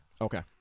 Okay